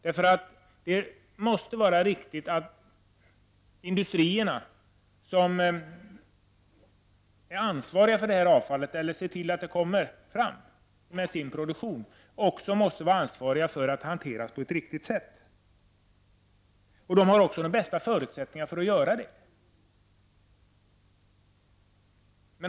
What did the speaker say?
Det måste vara riktigt att industrierna, som ”producerar” detta avfall genom sin produktion också har ansvar för att hantera detta på ett riktigt sätt. De har de bästa förutsättningarna att göra det.